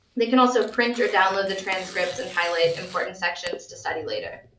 they can also print or download the transcripts and highlight important sections to study later.